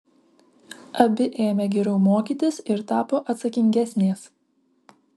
abi ėmė geriau mokytis ir tapo atsakingesnės